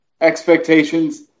expectations